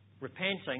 repenting